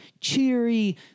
cheery